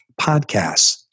podcasts